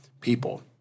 people